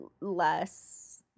less